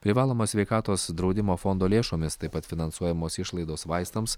privalomo sveikatos draudimo fondo lėšomis taip pat finansuojamos išlaidos vaistams